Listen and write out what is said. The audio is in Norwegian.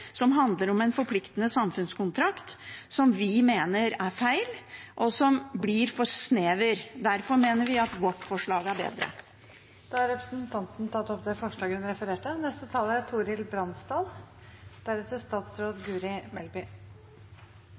som handler om en forpliktende samfunnskontrakt, som vi mener er feil, og som blir for snever. Derfor mener vi at vårt forslag er bedre. Jeg tar dermed opp SVs forslag. Da har representanten Karin Andersen tatt opp det forslaget hun refererte